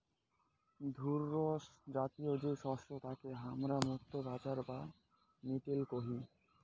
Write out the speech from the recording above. ধূসরজাতীয় যে শস্য তাকে হামরা মুক্তা বাজরা বা মিলেট কহি